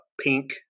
pink